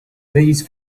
these